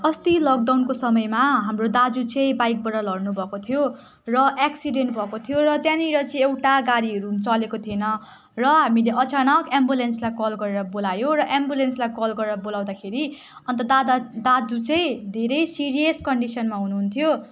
अस्ति लकडाउनको समयमा हाम्रो दाजु चाहिँ बाइकबाट लड्नु भएको थियो र एक्सिडेन्ट भएको थियो र त्यहाँनिर चाहिँ एउटा गाडीहरू पनि चलेको थिएन र हामीले अचानक एम्बुलेन्सलाई कल गरेर बोलायो र एम्बुलेन्सलाई कल गरेर बोलाउँदाखेरि अन्त दादा दाजु चाहिँ धेरै सिरियस कन्डिसनमा हुनुहुन्थ्यो